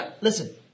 listen